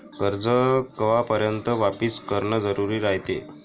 कर्ज कवापर्यंत वापिस करन जरुरी रायते?